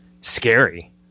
scary